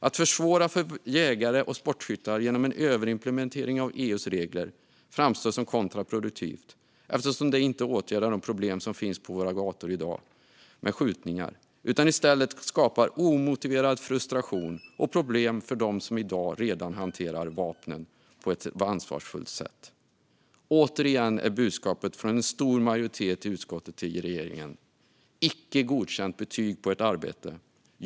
Att försvåra för jägare och sportskyttar genom en överimplementering av EU:s regler framstår som kontraproduktivt, eftersom det inte åtgärdar de problem som finns på våra gator i dag med skjutningar utan i stället skapar omotiverad frustation och problem för dem som i dag redan hanterar vapen på ett ansvarsfullt sätt. Återigen är budskapet från en stor majoritet i utskottet till regeringen: Ni får betyget icke godkänt på ert arbete.